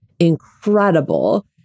incredible